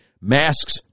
masks